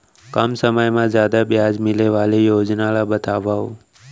कम समय मा जादा ब्याज मिले वाले योजना ला बतावव